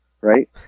right